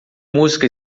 música